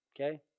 Okay